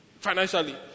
financially